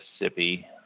Mississippi